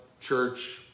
church